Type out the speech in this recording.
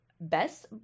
best